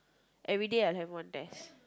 everyday I have one test